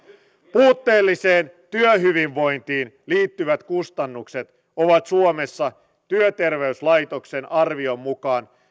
puutteelliseen työhyvinvointiin liittyvät kustannukset ovat suomessa työterveyslaitoksen arvion mukaan